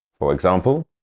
for example